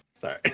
Sorry